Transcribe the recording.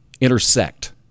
intersect